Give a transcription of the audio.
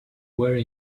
were